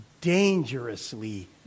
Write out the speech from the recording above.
dangerously